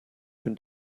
can